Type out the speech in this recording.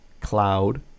cloud